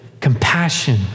compassion